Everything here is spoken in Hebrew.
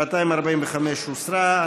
245 הוסרה.